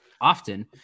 often